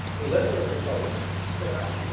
a literary cove? said i.